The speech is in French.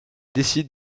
décide